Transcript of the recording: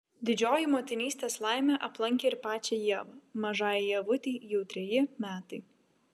didžioji motinystės laimė aplankė ir pačią ievą mažajai ievutei jau treji metai